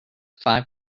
five